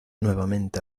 nuevamente